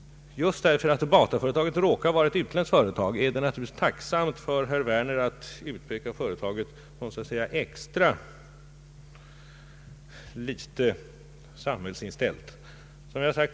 Just därför att Bataföretaget råkar vara utländskt är det naturligtvis tacksamt för herr Werner att utpeka det som extra litet samhällstillvänt.